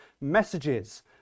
messages